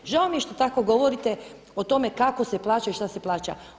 Žao mi je što tako govorite o tome kako se plaća i šta se plaća.